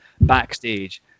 backstage